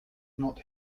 not